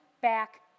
back